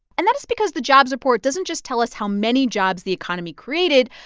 and that is because the jobs report doesn't just tell us how many jobs the economy created,